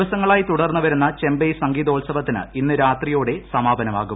ദിവസങ്ങളായി തുടർന്നു വരുന്ന ചെമ്പൈ സംഗീതോത്സവത്തിന് ഇന്ന് രാത്രിയോടെ സമാപനമാകും